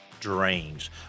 Drains